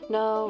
no